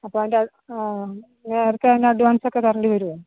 അപ്പോൾ അതിൻ്റെ നേരത്തെ തന്നെ അഡ്വാൻസൊക്കെ തരേണ്ടി വരുവോ